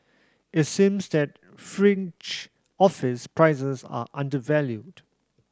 it seems that fringe office prices are undervalued